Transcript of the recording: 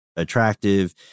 attractive